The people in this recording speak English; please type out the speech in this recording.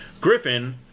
Griffin